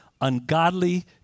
ungodly